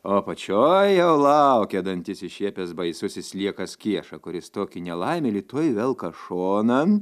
o apačioj jau laukė dantis iššiepęs baisusis sliekas kieša kuris tokį nelaimėlį tuoj velka šonan